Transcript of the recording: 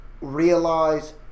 Realize